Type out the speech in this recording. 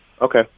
Okay